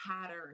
pattern